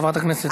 חברת הכנסת,